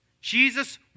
Jesus